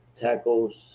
tackles